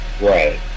Right